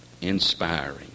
inspiring